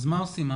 אז מה עושים?